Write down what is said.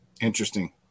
Interesting